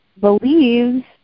believes